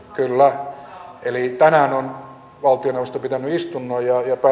kyllähän eli tänäänoin kuopiosta pitää istunnon ja jopa